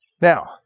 Now